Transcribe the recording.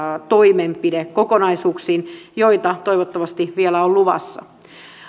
toimenpidekokonaisuuksiin joita toivottavasti vielä on on luvassa